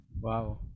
Wow